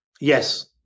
Yes